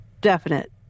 definite